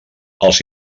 els